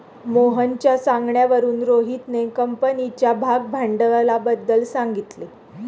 मोहनच्या सांगण्यावरून रोहितने कंपनीच्या भागभांडवलाबद्दल सांगितले